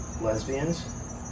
lesbians